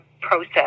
process